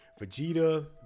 Vegeta